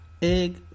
Egg